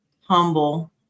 humble